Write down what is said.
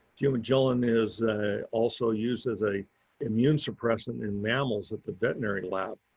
fumagillin is also used as a immune suppressant in mammals at the veterinary lab.